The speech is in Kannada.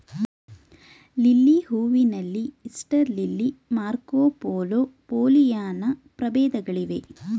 ಲಿಲ್ಲಿ ಹೂವಿನಲ್ಲಿ ಈಸ್ಟರ್ ಲಿಲ್ಲಿ, ಮಾರ್ಕೊಪೋಲೊ, ಪೋಲಿಯಾನ್ನ ಪ್ರಭೇದಗಳಿವೆ